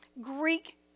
Greek